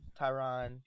Tyron